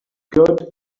good